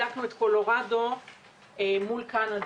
בדקנו את קולורדו מול קנדה,